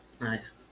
Nice